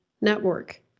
network